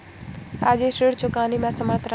राजेश ऋण चुकाने में असमर्थ रहा